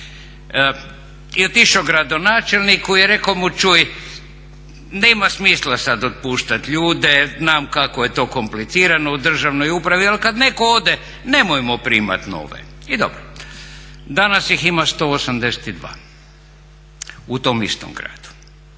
I otišao gradonačelniku i rekao mu čuj, nema smisla sada otpuštati ljude, znam kako je to komplicirano u državnoj upravi ali kada netko ode, nemojmo primati nove. I dobro. Danas ih ima 182 u tom istom gradu.